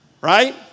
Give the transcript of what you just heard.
Right